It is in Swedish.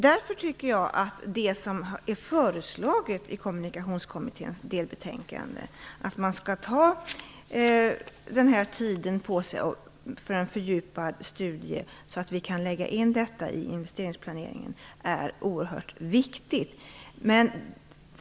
Jag tycker därför att det förslag i Kommunikationskommitténs delbetänkande som innebär att man skall ta den tid som finns på sig för en fördjupad studie så att detta kan läggas in i investeringsplaneringen är oerhört viktigt.